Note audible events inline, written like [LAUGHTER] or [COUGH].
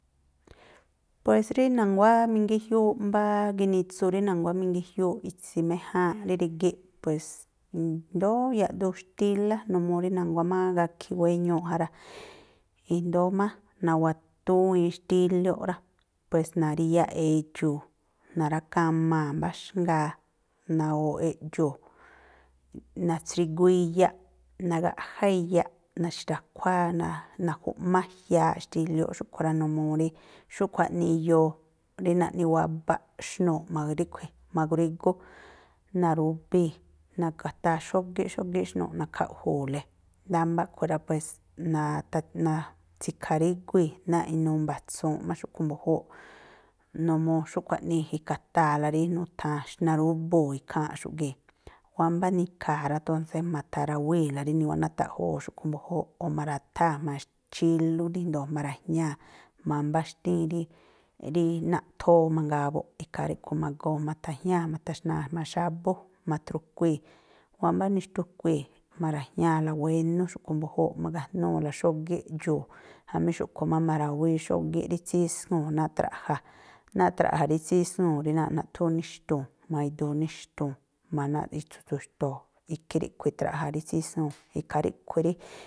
Pues rí na̱nguá mingíjiúú, mbá ginitsu rí na̱nguá mingíjiúúꞌ itsi̱méjáánꞌ rí rígíꞌ, pues índóó yaꞌduun xtílá, numuu rí na̱nguá má gakhi̱i̱ wéñuuꞌ ja rá. I̱ndóó má na̱wa̱túwiin xtílióꞌ rá, pues na̱ríyáꞌ edxu̱u̱, na̱rákamaa̱ mbáxngaa, nawooꞌ eꞌdxuu̱, na̱tsrigu iyaꞌ nagaꞌjá iyaꞌ na̱xra̱khuáá, [HESITATION] na̱ju̱ꞌmájiaaꞌ xtílióꞌ xúꞌkhui̱ rá, numuu rí xúꞌkhui̱ jaꞌnii iyoo rí naꞌni wabaꞌ xnuu̱ꞌ ma̱ ríꞌkhui̱ ma̱gruígú, na̱rubii̱, na̱ka̱taa xógíꞌ xógíꞌ xnuu̱ꞌ nakhaꞌju̱u̱le, ndámbá a̱ꞌkhui̱ rá, pues [HESITATION] na̱tsi̱kha̱ríguíi̱ náa̱ꞌ inuu mba̱tsuunꞌ má xúꞌkhui̱ mbu̱júúꞌ. Numuu xúꞌkhui̱ jaꞌnii e̱ka̱taa̱la rí nu̱tha̱an xnáꞌ rúbúu̱ ikháa̱nꞌxu̱ꞌ gii̱ꞌ. Wámbá nikhaa̱ rá, ntonsé ma̱tha̱rawíi̱la rí niwanátaꞌjoo xúꞌkhui̱ mbuꞌjúúꞌ, o̱ ma̱ra̱tháa̱ jma̱a chílú ríndo̱o ma̱ra̱jñáa̱, jma̱a mbá xtíín ri rí naꞌthóó mangaa buꞌ, ikhaa ríꞌkhui̱ ma̱goo ma̱tha̱ñáa̱, ma̱tha̱xna̱a jma̱a xábú, ma̱thru̱kuii̱, wámbá nixtukuii̱, ma̱ra̱jñáa̱la wénú xúꞌkhui̱ mbu̱júúꞌ, ma̱ga̱jnúu̱la xógíꞌ eꞌdxuu̱, jamí xúꞌkhui̱ má ma̱rawíí xógíꞌ rí tsíswuu̱n náa̱ꞌ traꞌja̱, náa̱ꞌ traꞌja̱ rí tsíswuu̱n rí náa̱ꞌ naꞌthúún níxtuu̱n, jma̱a iduu níxnuu̱n, jma̱a náa̱ꞌ itsu̱ tsu̱xto̱o̱, ikhí ríꞌkhui̱ traꞌja̱ rí tsíswuu̱, ikhaa ríꞌkhui̱ rí.